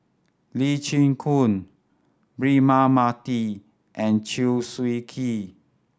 Lee Chin Koon Braema Mathi and Chew Swee Kee